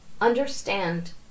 understand